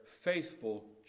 faithful